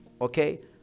Okay